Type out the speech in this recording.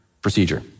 procedure